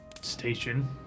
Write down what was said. station